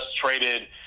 traded